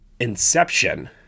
Inception